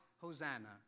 Hosanna